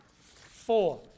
Four